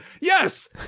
Yes